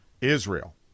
Israel